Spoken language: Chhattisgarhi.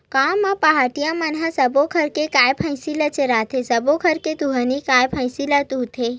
गाँव म पहाटिया मन ह सब्बो घर के गाय, भइसी ल चराथे, सबो घर के दुहानी गाय, भइसी ल दूहथे